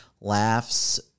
laughs